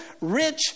rich